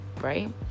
right